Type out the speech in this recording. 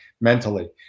mentally